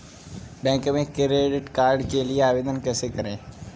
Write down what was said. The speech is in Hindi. बैंक में क्रेडिट कार्ड के लिए आवेदन कैसे करें?